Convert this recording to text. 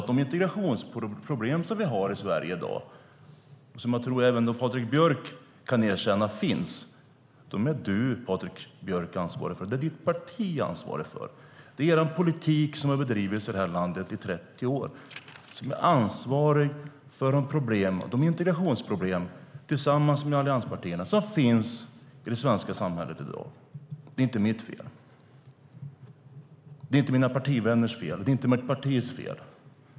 De integrationsproblem som vi har i dag och som jag tror att även Patrik Björck kan erkänna finns är du, Patrik Björck, och ditt parti ansvariga för. Det är er politik - tillsammans med allianspartiernas politik - som har bedrivits i det här landet i 30 år som är ansvarig för de integrationsproblem som finns i det svenska samhället i dag. Det är inte mitt fel. Det är inte mina partivänners fel, och det är inte mitt partis fel.